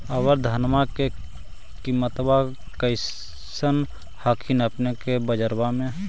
अबर धानमा के किमत्बा कैसन हखिन अपने के बजरबा में?